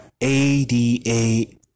ADA